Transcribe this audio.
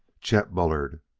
chet bullard,